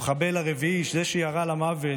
המחבל הרביעי, זה שירה למוות